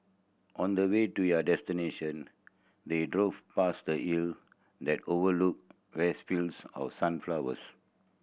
on the way to their destination they drove past a hill that overlooked vast fields of sunflowers